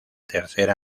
tercer